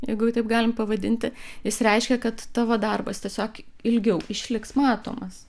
jeigu taip galim pavadinti jis reiškia kad tavo darbas tiesiog ilgiau išliks matomas